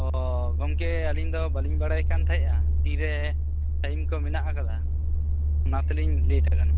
ᱚ ᱜᱚᱢᱠᱮ ᱟᱹᱞᱤᱧ ᱫᱚ ᱵᱟᱞᱤᱧ ᱵᱟᱲᱟᱭ ᱠᱟᱱ ᱛᱟᱦᱮᱜᱼᱟ ᱛᱤᱱ ᱨᱮ ᱴᱟᱭᱤᱢ ᱠᱚ ᱢᱮᱱᱟᱜ ᱟᱠᱟᱫᱟ ᱚᱱᱟ ᱛᱤᱞᱤᱧ ᱞᱮ ᱴ ᱟᱠᱟᱱᱟ